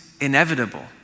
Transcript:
inevitable